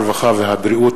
הרווחה והבריאות.